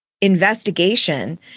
investigation